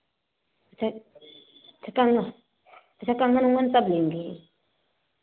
क कंगन अच्छा कंगन अंगन सब लेंगी